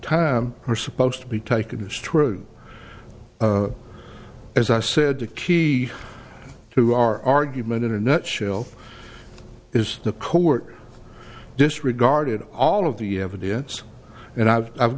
time are supposed to be taken as true as i said the key to our argument in a nutshell is the court disregarded all of the evidence and i've i've